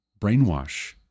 brainwash